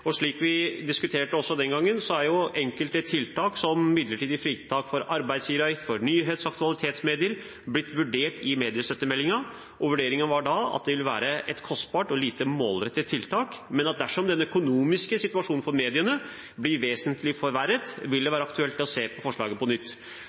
Slik vi diskuterte også den gangen, ble jo enkelte tiltak, som midlertidig fritak for arbeidsgiveravgift for nyhets- og aktualitetsmedier, vurdert i mediestøttemeldingen. Vurderingen var da at det vil være et kostbart og lite målrettet tiltak, men at dersom den økonomiske situasjonen for mediene blir vesentlig forverret, vil det